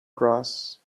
grass